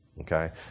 okay